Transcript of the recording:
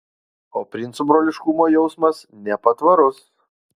o princų broliškumo jausmas nepatvarus